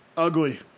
Ugly